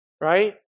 right